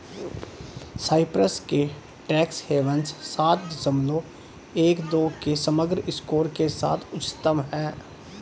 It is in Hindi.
साइप्रस के टैक्स हेवन्स सात दशमलव एक दो के समग्र स्कोर के साथ उच्चतम हैं